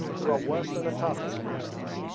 you are worse than a tartar in their eyes.